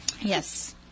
Yes